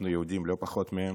אנחנו יהודים לא פחות מהם,